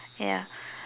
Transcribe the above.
ya